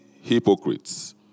hypocrites